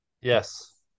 Yes